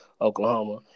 Oklahoma